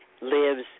lives